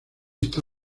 está